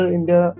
India